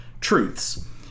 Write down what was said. truths